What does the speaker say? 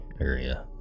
area